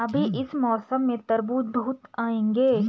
अभी इस मौसम में तरबूज बहुत आएंगे